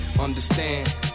Understand